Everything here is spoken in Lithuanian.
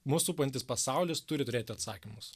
mus supantis pasaulis turi turėti atsakymus